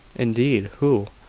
indeed! who?